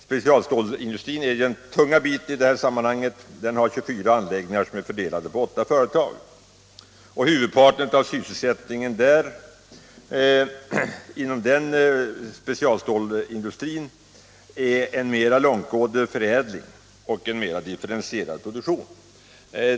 Specialstålsindustrin är den tunga delen med 24 anläggningar fördelade på åtta företag. Huvudparten av sysselsättningen inom den branschen anges kunna byggas på en mera långtgående förädling och en mera differentierad produktion.